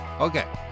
Okay